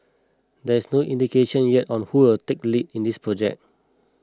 there is no indication yet on who will take the lead in this project